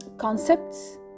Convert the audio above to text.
Concepts